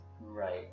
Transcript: right